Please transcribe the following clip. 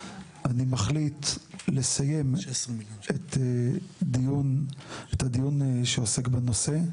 אני מחליט לסיים את הדיון שעוסק בנושא.